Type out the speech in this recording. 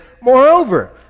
Moreover